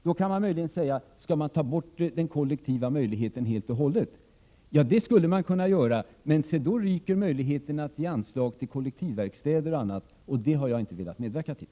Man kan möjligen fråga: Bör man ta bort den kollektiva möjligheten helt och hållet? Det skulle man kunna göra, men då ryker möjligheten att ge anslag till kollektivverkstäder och annat, och det har jag inte velat medverka till.